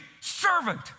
servant